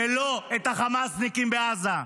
ולא את החמאסניקים בעזה.